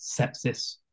sepsis